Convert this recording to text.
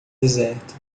deserto